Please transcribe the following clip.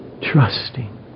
trusting